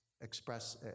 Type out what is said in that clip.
express